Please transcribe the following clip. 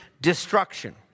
destruction